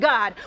God